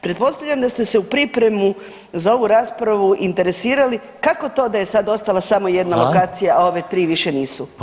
Pretpostavljam da ste se u pripremu za ovu raspravu interesirali kako to da je sad ostala samo jedna lokacija, a ove tri više nisu.